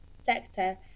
sector